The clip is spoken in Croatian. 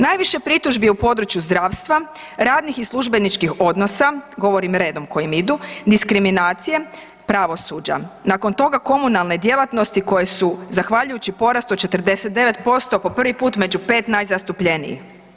Najviše pritužbi je u području zdravstva, radnih i službeničkih odnosa, govorim redom kojim idu, diskriminacije pravosuđa, nakon toga komunalne djelatnosti koje su zahvaljujući porastu od 49% po prvi put među 5 najzastupljenijih.